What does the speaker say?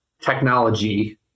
technology